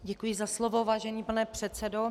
Děkuji za slovo, vážený pane předsedo.